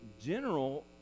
general